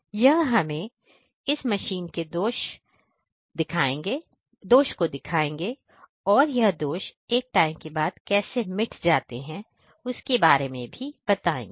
यह हमें इस मशीन के दोष दिखाएंगे और यह दोष एक टाइम के बाद कैसे मिट जाते हैं उसके बारे में भी बताएंगे